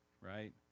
right